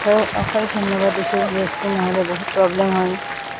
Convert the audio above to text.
অঁ অশেষ ধন্যবাদ দিছোঁ গেছটো নহ'লে বহুত প্ৰব্লেম হয়